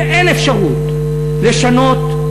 אם אין אפשרות לשנות,